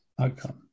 outcome